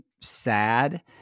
sad